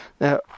now